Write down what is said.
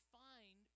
find